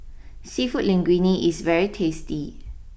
Seafood Linguine is very tasty